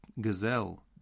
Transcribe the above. gazelle